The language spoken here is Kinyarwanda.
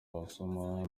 wasoma